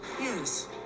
Yes